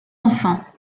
enfants